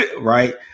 Right